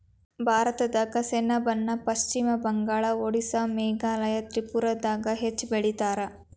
ಭಾರತದಾಗ ಸೆಣಬನ ಪಶ್ಚಿಮ ಬಂಗಾಳ, ಓಡಿಸ್ಸಾ ಮೇಘಾಲಯ ತ್ರಿಪುರಾದಾಗ ಹೆಚ್ಚ ಬೆಳಿತಾರ